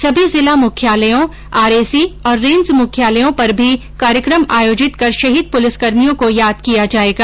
सभी जिला मुख्यालयों आरएसी और रेंज मुख्यालयों पर भी कार्यक्रम आयोजित कर शहीद पुलिसकर्भियों को याद किया जायेगा